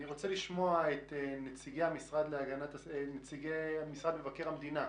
אני רוצה לשמוע את נציגי משרד מבקר המדינה.